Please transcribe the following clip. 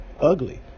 ugly